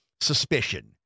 suspicion